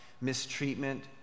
mistreatment